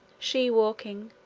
she walking,